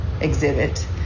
exhibit